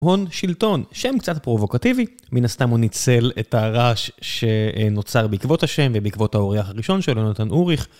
הון שלטון, שם קצת פרובוקטיבי, מן הסתם הוא ניצל את הרעש שנוצר בעקבות השם ובעקבות האורח הראשון שלו נתן אוריך